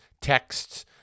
texts